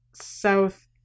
South